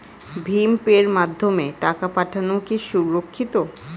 ভিম পের মাধ্যমে টাকা পাঠানো কি সুরক্ষিত?